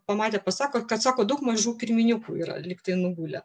pamatę pasako kad sako daug mažų kirminiukų yra lygtai nugulę